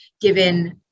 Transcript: given